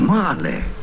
Marley